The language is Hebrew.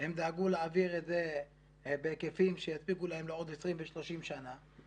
הם דאגו להעביר את זה בהיקפים שיספיקו להם לעוד 20 ו-30 שנה,